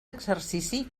exercici